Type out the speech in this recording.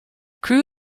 crew